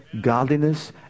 godliness